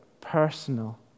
personal